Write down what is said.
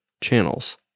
channels